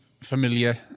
familiar